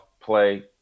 play